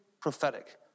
prophetic